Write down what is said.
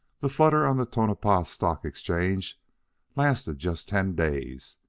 the flutter on the tonopah stock exchange lasted just ten days,